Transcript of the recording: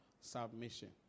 submission